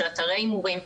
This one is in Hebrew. של אתרי הימורים,